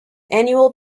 annual